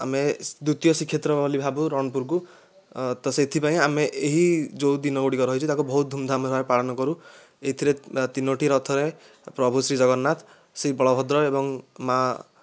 ଆମେ ଦ୍ଵିତୀୟ ଶ୍ରୀକ୍ଷେତ୍ର ବୋଲି ଭାବୁ ରଣପୁରକୁ ତ ସେଥିପାଇଁ ଆମେ ଏହି ଯେଉଁ ଦିନଗୁଡ଼ିକ ରହିଛି ତାକୁ ବହୁତ ଧୂମ୍ଧାମ୍ ଭାବରେ ପାଳନ କରୁ ଏଥିରେ ତିନୋଟି ରଥରେ ପ୍ରଭୁ ଶ୍ରୀଜଗନ୍ନାଥ ଶ୍ରୀବଳଭଦ୍ର ଏବଂ ମା'